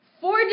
four